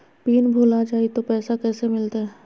Pin भूला जाई तो पैसा कैसे मिलते?